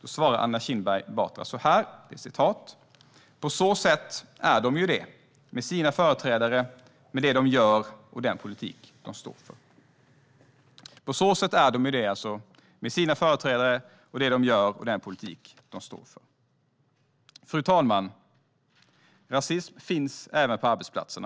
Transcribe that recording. Då svarar Anna Kinberg Batra: På så sätt är de ju det, med sina företrädare, med det de gör och den politik de står för. Fru talman! Rasism finns även på arbetsplatserna.